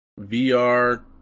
VR